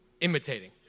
imitating